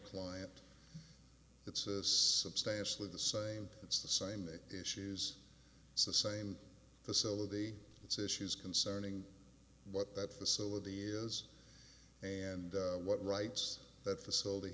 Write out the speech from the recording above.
client it's a substantially the same it's the same issues it's the same facility it's issues concerning what that facility is and what rights that facility